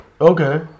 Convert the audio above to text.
Okay